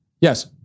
Yes